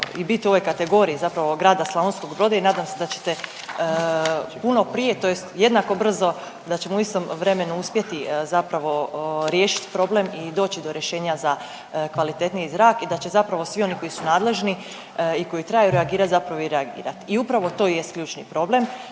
i biti u ovoj kategoriji zapravo grada Slavonskog Broda i nadam se da ćete puno prije, tj. jednako brzo da ćemo u istom vremenu uspjeti zapravo riješiti problem i doći do rješenja za kvalitetniji zrak i da će zapravo svi oni koji su nadležni i koji trebaju reagirati zapravo i reagirati. I upravo to jest ključni problem,